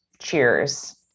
cheers